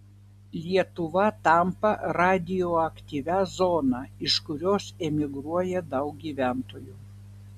lietuva tampa radioaktyvia zona iš kurios emigruoja daug gyventojų